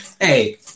Hey